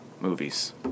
movies